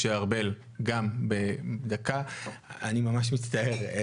משה ארבל, גם בדקה, אני ממש מצטער.